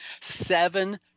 seven